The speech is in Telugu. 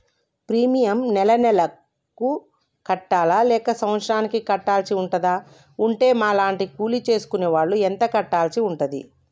ప్రీమియం నెల నెలకు కట్టాలా లేక సంవత్సరానికి కట్టాల్సి ఉంటదా? ఉంటే మా లాంటి కూలి చేసుకునే వాళ్లు ఎంత కట్టాల్సి ఉంటది?